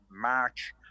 March